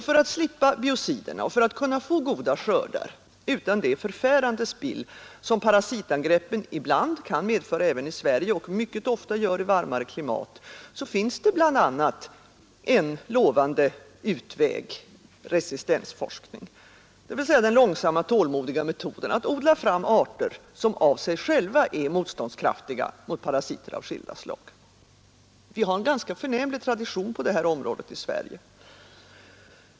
För att slippa biociderna och för att kunna få goda skördar utan det förfärande spill som parasitangreppen ibland kan medföra även i Sverige och mycket ofta gör i varmare klimat, finns det bl.a. en lovande utväg: resistensforskning, dvs. den långsamma, tålmodiga metoden att odla fram arter som av sig själva är motståndskraftiga mot parasiter av skilda slag. Vi har en ganska förnämlig tradition på detta område i Sverige.